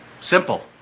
Simple